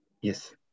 yes